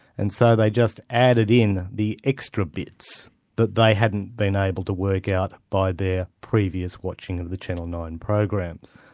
and so they just added in the extra bits that they hadn't been able to work out by their previous watching of the channel nine programs.